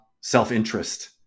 self-interest